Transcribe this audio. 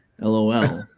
LOL